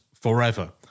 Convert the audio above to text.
forever